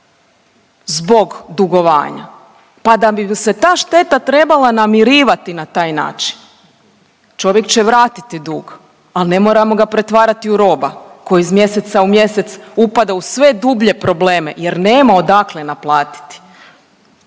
zbog dugovanja pa da bi se ta šteta trebala namirivati na taj način. Čovjek će vratiti dug, al ne moramo ga pretvarati u roba koji iz mjeseca u mjesec upada u sve dublje probleme jer nema odakle naplatiti,